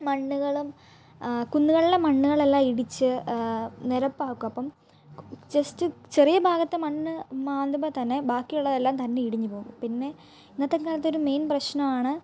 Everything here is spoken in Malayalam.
മണ്ണുകളും കുന്നുകളിലെ മണ്ണുകളെല്ലാം ഇടിച്ച് നിരപ്പാക്കും അപ്പം ജസ്റ്റ് ചെറിയ ഭാഗത്തെ മണ്ണ് മാന്തുമ്പോൾ തന്നെ ബാക്കി ഉള്ളതെല്ലാം തന്നെ ഇടിഞ്ഞ് പോവും പിന്നെ ഇന്നത്തെക്കാലത്ത് ഒരു മെയിൻ പ്രശ്നമാണ്